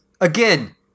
Again